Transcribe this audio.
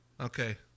Okay